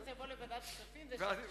שזה יבוא לוועדת הכספים ושהרשימה תהיה,